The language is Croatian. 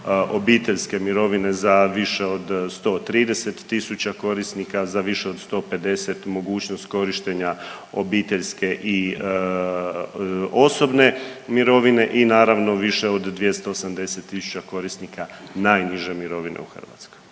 obiteljske mirovine za više od 130 000 korisnika, za više od 150 mogućnost korištenja obiteljske i osobne mirovine i naravno više od 280 000 korisnika najniže mirovine u Hrvatskoj.